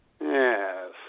Yes